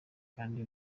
kandi